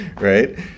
right